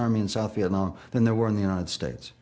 army in south vietnam than there were in the united states